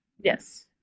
Yes